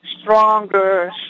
stronger